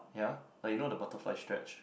yeah like you know the butterfly stretch